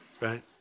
right